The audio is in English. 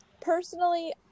Personally